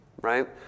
Right